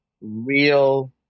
real